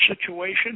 situation